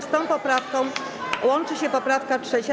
Z tą poprawką łączy się poprawka 3.